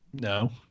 No